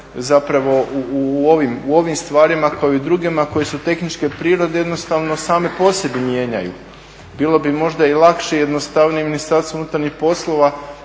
zapravo u ovim stvarima kao i u drugima koje su tehničke prirode jednostavno same po sebi mijenjaju. Bilo bi možda i lakše i jednostavnije Ministarstvu unutarnjih poslova